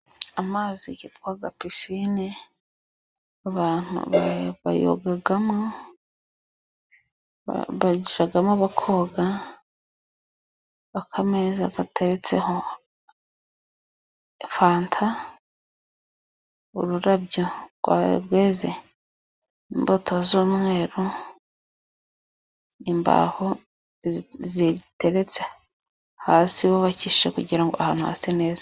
Amazi yitwa pisine, abantu bayogamo bigishamo abo koga, akameza gateretseho fanta, ururabyo rwa rweze imbuto z'umweru, imbaho ziteretse hasi, wubakisha kugira ngo ahantu hase neza.